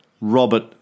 Robert